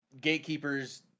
gatekeepers